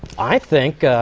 i think,